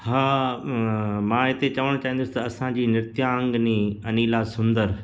हा मां हिते चवणु चाहींदुसि त असांजी नृत्यांगिनी अनीला सुंदरु